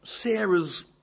Sarah's